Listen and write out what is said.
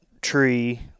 tree